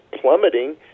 plummeting